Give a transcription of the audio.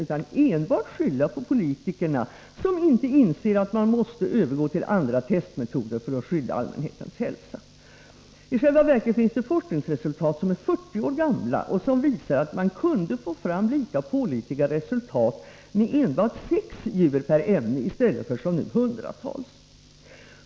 Alla skyller enbart på politikerna, som inte inser att man måste övergå till andra testmetoder för att skydda allmänhetens hälsa. I själva verket finns det forskningsresultat som är 40 år gamla och som visar att man kunde få fram lika pålitliga resultat med enbart sex djur per ämne i stället för som nu hundratals.